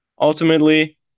ultimately